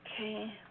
Okay